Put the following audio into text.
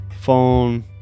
phone